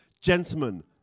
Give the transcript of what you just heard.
Gentlemen